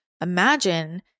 imagine